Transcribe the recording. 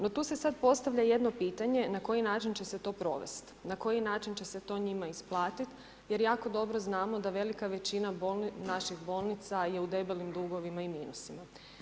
No, tu se sada postavlja jedno pitanja, na koji način će se to provesti, na koji način će se to njima isplatiti, jer jako dobro znamo da velika većina naših bolnica je u velikim dugovima i minusima.